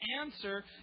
answer